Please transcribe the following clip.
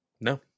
No